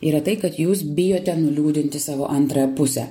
yra tai kad jūs bijote nuliūdinti savo antrąją pusę